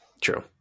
True